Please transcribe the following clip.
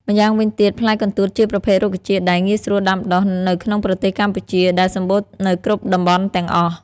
ម្យ៉ាងវិញទៀត ផ្លែកន្ទួតជាប្រភេទរុក្ខជាតិដែល ងាយស្រួលដាំដុះ នៅក្នុងប្រទេសកម្ពុជា ដែលសម្បូរនៅគ្រប់តំបន់ទាំងអស់។